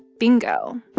bingo